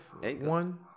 One